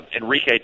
Enrique